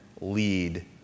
lead